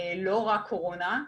לא רק קורונה.